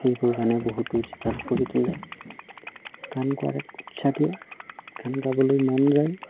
সেইবোৰ গানে বহুতো জীপাল কৰি তোলে গান গোৱাৰ এক উৎসাহ দিয়ে গান গাবলৈ মন যায়